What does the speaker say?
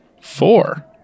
Four